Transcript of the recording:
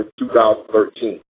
2013